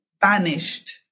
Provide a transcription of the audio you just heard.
banished